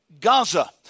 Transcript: Gaza